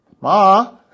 ma